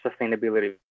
sustainability